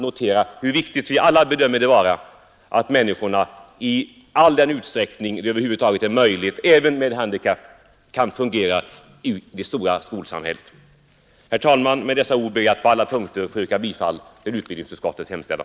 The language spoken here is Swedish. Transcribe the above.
Med dessa ord ber jag att på alla punkter få yrka bifall till utbildningsutskottets hemställan.